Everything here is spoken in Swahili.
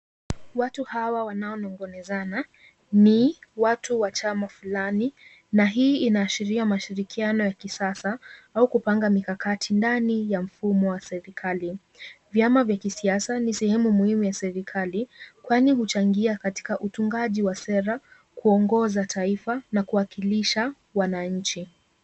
Watu hawa wanaonongonezana, ni watu wa chama fulani na hii inaashiria mashirikiano ya kisasa au kupanga mikakati ndani ya serikali. Vyama vya kisiasa ni sehemu muhimu ya serikali kwani huchangia katika utungaji wa sera, kuongoza taifa na kuwakilisha wananchi.